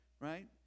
right